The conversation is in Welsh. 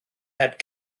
heb